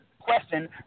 question